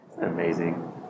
Amazing